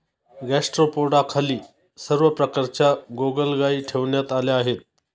गॅस्ट्रोपोडाखाली सर्व प्रकारच्या गोगलगायी ठेवण्यात आल्या आहेत